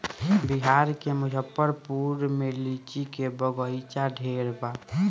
बिहार के मुजफ्फरपुर में लीची के बगइचा ढेरे बा